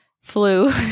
flu